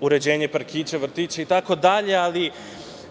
uređenje parkića, vrtića i tako dalje, ali